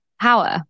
power